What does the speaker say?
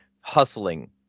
hustling